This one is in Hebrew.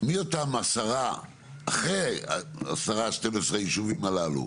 מי אותם היישובים אחרי ה-10 12 היישובים הללו?